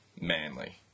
manly